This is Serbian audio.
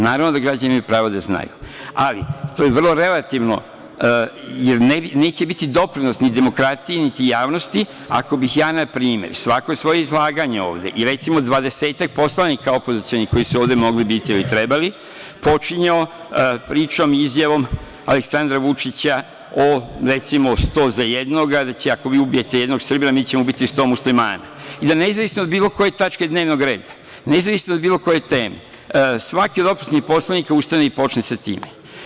Naravno da građani imaju pravo da znaju, ali, to je vrlo relativno, jer neće biti doprinos ni demokratiji, niti javnosti, ako bih ja, na primer, svako svoje izlaganje ovde i, recimo, 20-ak poslanika opozicionih koji su ovde mogli biti ili trebali, počinjao pričom, izjavom Aleksandra Vučića o, recimo, sto za jednoga, da ćemo ako vi ubijete jednog Srbina mi ubiti sto Muslimana i da nezavisno od bilo koje tačke dnevnog reda, nezavisno od bilo koje teme, svako od opozicionih poslanika ustane i počne sa time.